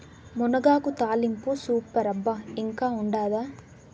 మునగాకు తాలింపు సూపర్ అబ్బా ఇంకా ఉండాదా